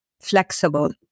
flexible